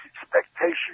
expectations